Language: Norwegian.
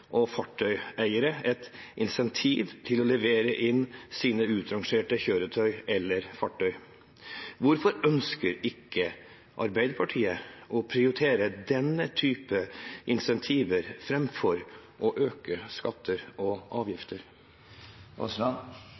og fartøyeiere et incentiv til å levere inn sine utrangerte kjøretøy eller fartøy. Hvorfor ønsker ikke Arbeiderpartiet å prioritere denne type incentiver framfor å øke skatter og avgifter?